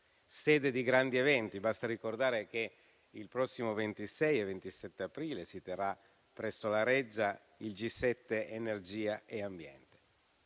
sede di grandi eventi. Basta ricordare che il prossimo 26 e 27 aprile si terrà presso la Reggia il G7 energia e ambiente.